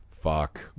Fuck